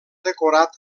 decorat